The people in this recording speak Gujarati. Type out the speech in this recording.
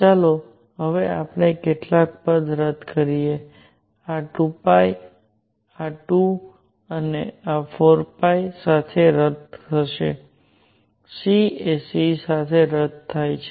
ચાલો હવે આપણે કેટલાક પદ રદ કરીએ આ 2 આ 2 અને 4 સાથે રદ કરે છે c એ c સાથે રદ થાય છે